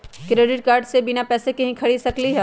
Credit card से बिना पैसे के ही खरीद सकली ह?